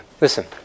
Listen